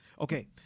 Okay